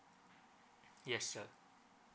yes sir